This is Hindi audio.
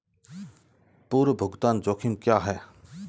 पूर्व भुगतान जोखिम क्या हैं?